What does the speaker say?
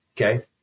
Okay